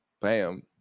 bam